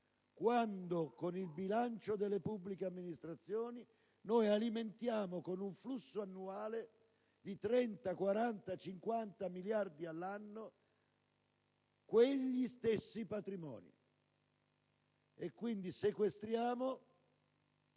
mentre con il bilancio delle pubbliche amministrazioni noi alimentiamo, con un flusso annuale di 30‑40‑50 miliardi all'anno, quegli stessi patrimoni. Quindi, sequestriamo